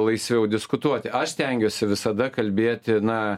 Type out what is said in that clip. laisviau diskutuoti aš stengiuosi visada kalbėti na